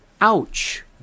ouch